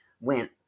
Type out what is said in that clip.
went